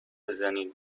بزنین